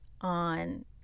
on